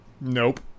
Nope